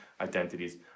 identities